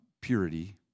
Purity